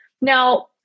now